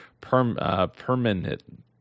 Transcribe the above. permanent